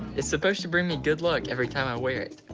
it's supposed to bring me good luck every time i wear it.